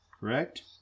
correct